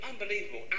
unbelievable